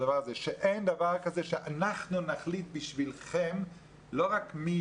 שאין דבר כזה ש"אנחנו נחליט בשבילכם" לא רק מי